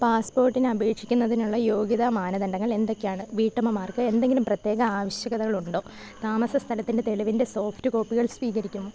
പാസ്പോർട്ടിന് അപേക്ഷിക്കുന്നതിനുള്ള യോഗ്യതാ മാനദണ്ഡങ്ങൾ എന്തൊക്കെയാണ് വീട്ടമ്മമാർക്ക് എന്തെങ്കിലും പ്രത്യേക ആവശ്യകതകളുണ്ടോ താമസസ്ഥലത്തിൻ്റെ തെളിവിൻ്റെ സോഫ്റ്റ് കോപ്പികൾ സ്വീകരിക്കുമോ